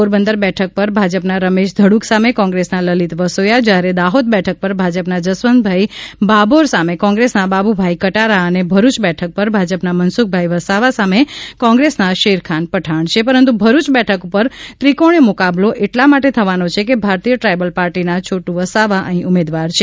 પોરબંદર બેઠક પર ભાજપના રમેશ ધડુક સામે કોંગ્રેસના લલીત વસોયા જ્યારે દાહોદ બેઠક ઉપર ભાજપના જસવંતભાઇ ભાભોર સામે કોંગ્રેસના બાબુભાઇ કટારા અને ભરૂચ બેઠક ઉપર ભાજપના મનસુખભાઇ વસાવા સામે કોંગ્રેસના શેરખાન પઠાણ છે પરંતુ ભરૂચ બેઠક ઉપર ત્રિકોણીય મુકાબલો એટલા માટે થવાનો છે કે ભારતીય ટ્રાઇબલ પાર્ટીના છોટ્ટ વસાવા અહીં ઉમેદવાર છે